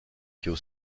kill